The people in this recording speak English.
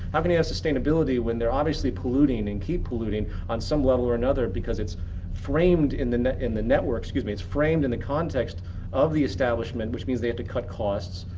how can you have sustainability when they're obviously polluting and keep polluting on some level or another because it's framed in the in the network, excuse me, it's framed in the context of the establishment, which means they have to cut costs.